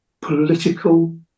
political